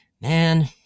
man